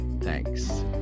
Thanks